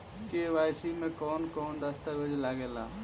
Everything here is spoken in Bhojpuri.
के.वाइ.सी में कवन कवन दस्तावेज लागे ला?